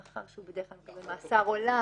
מאחר שהוא בדרך כלל מקבל מאסר עולם